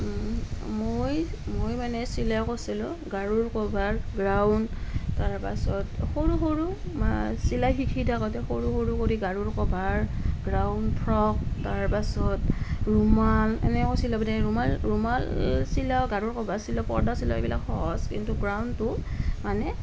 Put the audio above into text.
মই মই মানে চিলাই কৰিছিলোঁ গাৰুৰ কভাৰ গ্ৰাউন তাৰ পাছত সৰু সৰু চিলাই শিকি থাকোঁতে সৰু সৰু কৰি গাৰুৰ ক'ভাৰ গ্ৰাউন ফ্ৰক তাৰ পাছত ৰুমাল এনেয়ে মোক চিলাব দিয়ে ৰুমাল ৰুমাল চিলাওঁ গাৰুৰ কভাৰ চিলাওঁ পৰ্দা চিলাওঁ সেইবিলাক সহজ কিন্তু গ্ৰাউনটো মানে